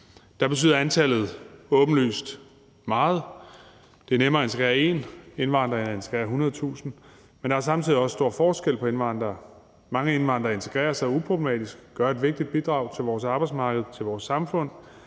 Der betyder antallet åbenlyst meget. Det er nemmere at integrere én indvandrer end at integrere 100.000 indvandrere. Men der er samtidig også stor forskel på indvandrere. Mange indvandrere integrerer sig uproblematisk og giver et vigtigt bidrag til vores arbejdsmarked og til vores samfund.